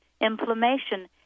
inflammation